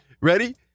Ready